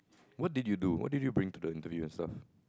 what did you do what did you bring to the interview and stuff